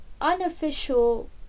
unofficial